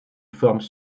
forment